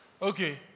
Okay